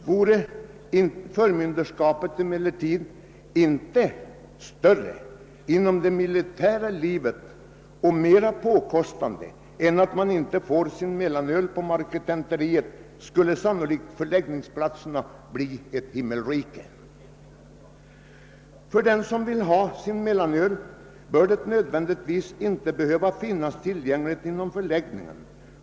Vore förmynderskapet emellertid inte större inom det militära livet och inte mera påkostande än att de värnpliktiga inte får sin mellanöl på marketenteriet, skulle förläggningsplatserna bli något av ett himmelrike. även om någon värnpliktig vill ha sin mellanöl, behöver den inte nödvändigtvis finnas tillgänglig inom förläggningen.